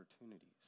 opportunities